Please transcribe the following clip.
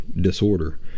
disorder